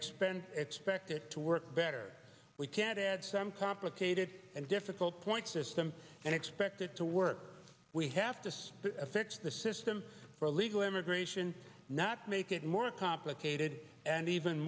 expand expected to work better we can add some complicated and difficult points system and expected to work we have to fix the system for illegal immigration not make it more complicated and even